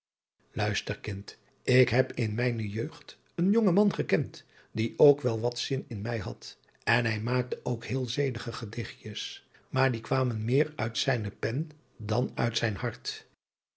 luister kind ik heb in mijne jeugd een jongman gekend die ook wel wat zin in mij had en hij maakte ook heel zedige gedichtjes maar die kwamen meer uit zijne pen dan uit zijn hart